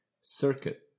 circuit